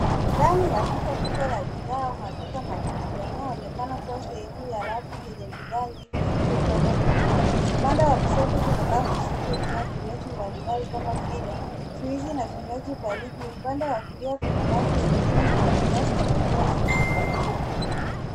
Ndani ya duka la bidhaa au maduka makubwa inayoonekana kuwa sehemu ya rafu yenye bidhaa nyingi zilizopangwa vizuri. Upande wa kushoto kuna rafu zilizojaa vinywaji mbali mbali kama vile, juisi na vinywaji baridi upande wa kulia kuna rafu zingine zenye bidhaa za chakula zilizo pakiwa.